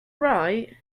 right